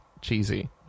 cheesy